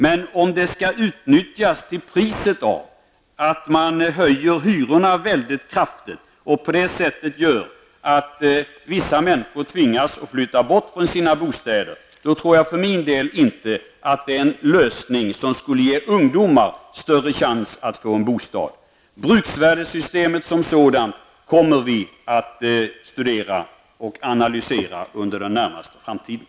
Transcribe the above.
Men om det skall utnyttjas till priset av att man höjer hyrorna mycket kraftigt och på det sättet åstadkommer att vissa människor tvingas flytta från sina bostäder, tror jag för min del inte att det är en lösning som skulle ge ungdomar en större chans att få en bostad. Bruksvärdessystemet som sådant kommer vi att studera och analysera under den närmaste framtiden.